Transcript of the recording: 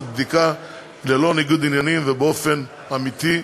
בדיקה של המקרה ללא ניגוד עניינים ובאופן אמיתי.